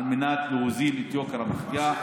הוא על מנת להוריד את יוקר המחיה.